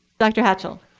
dr. hatchell.